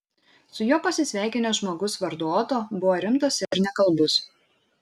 su juo pasisveikinęs žmogus vardu oto buvo rimtas ir nekalbus